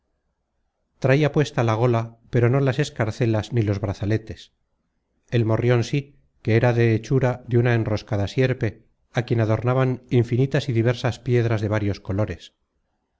traia puesta la gola pero no las escarcelas ni los brazaletes el morrion sí que era de hechura de una enroscada sierpe á quien adornaban infinitas y diversas piedras de varios colores